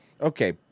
Okay